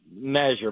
measure